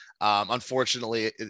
Unfortunately